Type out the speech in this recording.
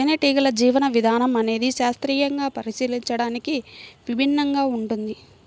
తేనెటీగల జీవన విధానం అనేది శాస్త్రీయంగా పరిశీలించడానికి విభిన్నంగా ఉంటుంది